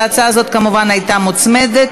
ההצעה הזו, כמובן, הייתה מוצמדת.